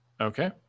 okay